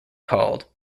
called